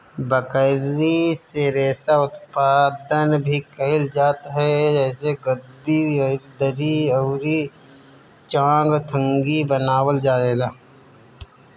बकरी से रेशा उत्पादन भी कइल जात ह जेसे गद्दी, दरी अउरी चांगथंगी बनावल जाएला